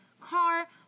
car